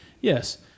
yes